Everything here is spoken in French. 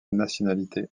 nationalité